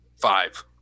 five